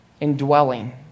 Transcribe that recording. indwelling